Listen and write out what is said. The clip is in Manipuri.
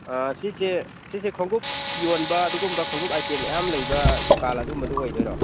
ꯁꯤꯁꯦ ꯁꯤꯁꯦ ꯈꯣꯡꯎꯞ ꯌꯣꯟꯕ ꯑꯗꯨꯒꯨꯝꯕ ꯈꯣꯡꯎꯞ ꯑꯥꯏꯇꯦꯝ ꯃꯌꯥꯝ ꯂꯩꯕ ꯗꯨꯀꯥꯟ ꯑꯗꯨꯝꯕꯗꯣ ꯑꯣꯏꯗꯣꯏꯔꯣ